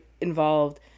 involved